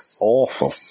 awful